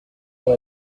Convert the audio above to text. pour